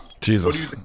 Jesus